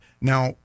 Now